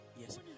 yes